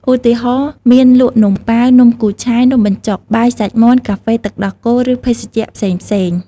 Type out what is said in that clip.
ឧទាហរណ៍ មានលក់នំប៉ាវ នំគូឆាយ នំបញ្ចុក បាយសាច់ជ្រូក កាហ្វេទឹកដោះគោ ឬភេសជ្ជៈផ្សេងៗ។